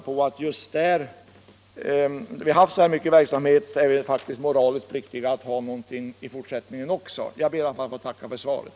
På de orter där SJ haft verksamhet av den här omfattningen är SJ faktiskt moraliskt pliktig att erbjuda sysselsättning i fortsättningen också. Jag ber i alla fall att få tacka för svaret.